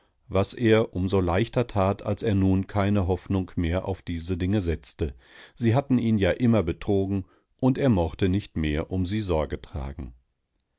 was er umso leichter tat als er nun keine hoffnung mehr auf diese dinge setzte sie hatten ihn ja immer betrogen und er mochte nicht mehr um sie sorge tragen